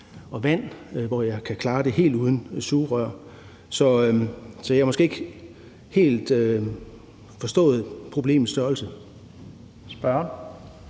og vand, hvor jeg kan klare det helt uden sugerør. Så jeg har måske ikke helt forstået problemets størrelse. Kl.